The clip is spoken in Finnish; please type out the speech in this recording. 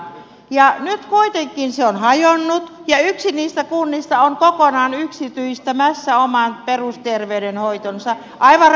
nyt se kuitenkin on hajonnut ja yksi niistä kunnista on kokonaan yksityistämässä oman perusterveydenhoitonsa aivan rääkkylän malliin